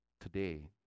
Today